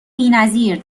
بینظیر